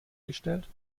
gestellt